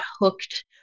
hooked